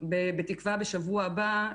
בתקווה בשבוע הבא,